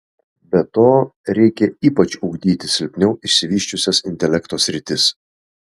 be to reikia ypač ugdyti silpniau išsivysčiusias intelekto sritis